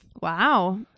Wow